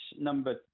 number